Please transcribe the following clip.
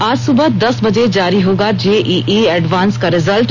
आज सुबह दस बजे जारी होगा जेइई एडवान्स का रिजल्ट